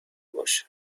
باشه